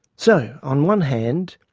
so, on one hand,